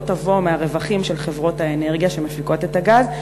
תבוא מהרווחים של חברות האנרגיה שמפיקות את הגז,